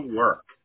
work